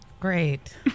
Great